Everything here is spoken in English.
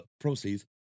proceeds